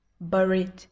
buried